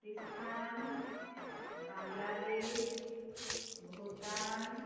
Pakistan Bangladesh Bhutan